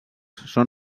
són